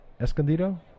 Escondido